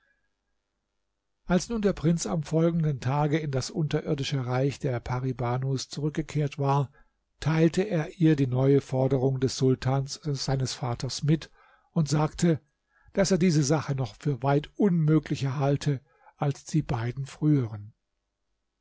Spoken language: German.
als nun der prinz am folgenden tage in das unterirdische reich pari banus zurückgekehrt war teilte er ihr die neue forderung des sultans seines vaters mit und sagte daß er diese sache noch für weit unmöglicher halte als die beiden früheren